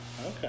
Okay